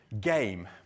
game